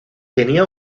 tenía